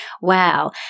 Wow